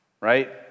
right